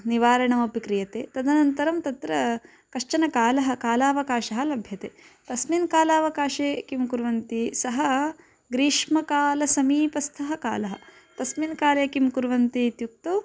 निवारणमपि क्रियते तदनन्तरं तत्र कश्चन कालः कालावकाशः लभ्यते तस्मिन् कालावकाशे किं कुर्वन्ति सः ग्रीष्मकालसमीपस्थः कालः तस्मिन् काले किं कुर्वन्ति इत्युक्तौ